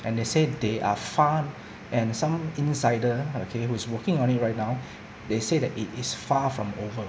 and they said they are far and some insider okay who's working on it right now they say that it is far from over